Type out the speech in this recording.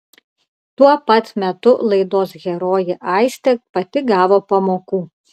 tuo pat metu laidos herojė aistė pati gavo pamokų